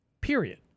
period